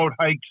hikes